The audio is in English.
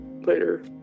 later